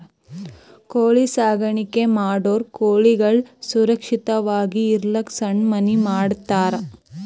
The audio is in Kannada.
ಕೋಳಿ ಸಾಕಾಣಿಕೆ ಮಾಡೋರ್ ಕೋಳಿಗಳ್ ಸುರಕ್ಷತ್ವಾಗಿ ಇರಲಕ್ಕ್ ಸಣ್ಣ್ ಮನಿ ಮಾಡಿರ್ತರ್